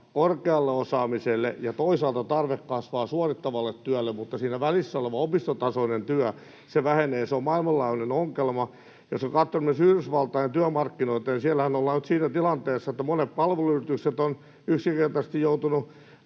korkealle osaamiselle ja toisaalta tarve kasvaa suorittavalle työlle, mutta siinä välissä oleva opistotasoinen työ vähenee, ja se on maailmanlaajuinen ongelma. Jos katsoo esimerkiksi Yhdysvaltojen työmarkkinoita, niin siellähän ollaan nyt siinä tilanteessa, että monet palveluyritykset ovat yksinkertaisesti joutuneet